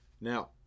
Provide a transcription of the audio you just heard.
Now